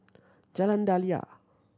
Jalan Daliah